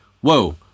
Whoa